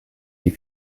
die